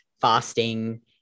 fasting